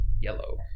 yellow